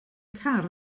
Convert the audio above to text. car